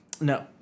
No